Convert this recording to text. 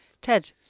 ted